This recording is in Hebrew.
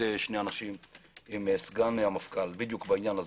שני אנשים עם סגן המפכ"ל בעניין הזה,